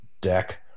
deck